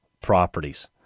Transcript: properties